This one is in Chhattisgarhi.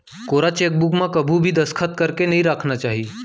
कोरा चेकबूक म कभू भी दस्खत करके नइ राखना चाही